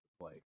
play